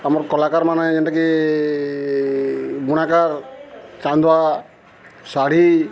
ଆମର କଳାକାରମାନେ ଯେନ୍ଟାକି ବୁଣାକାର ଚାନ୍ଦୁଆ ଶାଢ଼ୀ